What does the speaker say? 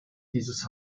dieses